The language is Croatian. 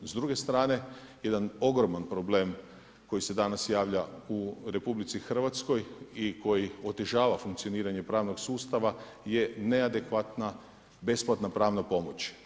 S druge strane, jedan ogroman problem koji se danas javlja u RH i koji otežava funkcioniranje pravnog sustava je neadekvatna besplatna pravna pomoć.